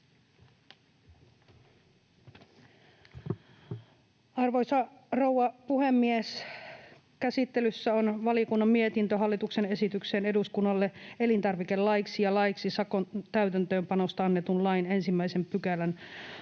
Arvoisa rouva puhemies! Käsittelyssä on valiokunnan mietintö hallituksen esityksestä eduskunnalle elintarvikelaiksi ja laiksi sakon täytäntöönpanosta annetun lain 1 §:n muuttamisesta.